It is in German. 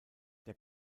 der